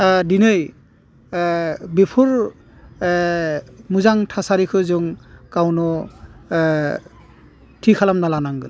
दिनै बिफोर एह मोजां थासारिखो जों गावनो थि खालामना लानांगोन